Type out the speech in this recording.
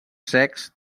secs